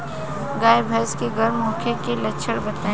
गाय भैंस के गर्म होखे के लक्षण बताई?